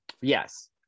Yes